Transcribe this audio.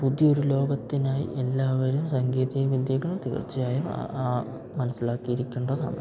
പുതിയൊരു ലോകത്തിനായി എല്ലാവരും സങ്കേതികവിദ്യകൾ തീർച്ചയായും മനസ്സിലാക്കിയിരിക്കേണ്ടതാണ്